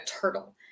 turtle